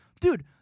dude